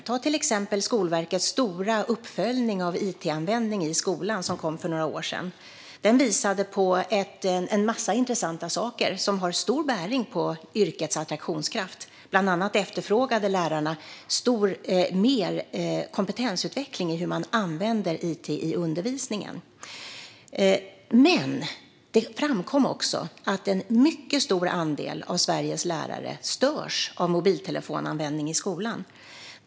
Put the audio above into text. Ta till exempel Skolverkets stora uppföljning av it-användningen i skolan, som kom för några år sedan. Den visade på en massa intressanta saker som har stor bäring på yrkets attraktionskraft. Bland annat efterfrågade lärarna mer kompetensutveckling när det gäller hur man använder it i undervisningen. Men det framkom också att en mycket stor andel av Sveriges lärare störs av mobiltelefonanvändning i skolan.